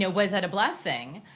yeah was that a blessing?